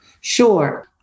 Sure